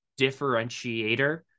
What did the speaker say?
differentiator